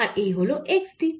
আর এই হল x দিক